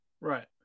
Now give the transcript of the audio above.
Right